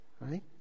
Right